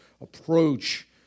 approach